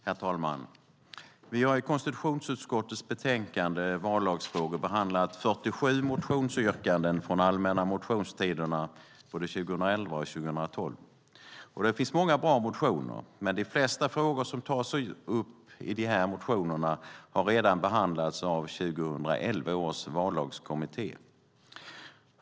Herr talman! Vi har i konstitutionsutskottets betänkande Vallagsfrågor m.m. behandlat 47 motionsyrkanden från allmänna motionstiderna 2011 och 2012. Det finns många bra motioner, men de flesta frågor som tas upp i motionerna har redan behandlats av 2011 års vallagskommitté.